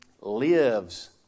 lives